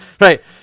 Right